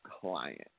client